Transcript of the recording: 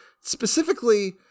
Specifically